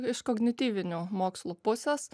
iš kognityvinių mokslų pusės